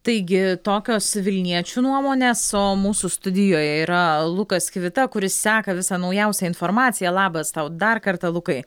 taigi tokios vilniečių nuomonės o mūsų studijoje yra lukas kivita kuris seka visą naujausią informaciją labas tau dar kartą lukai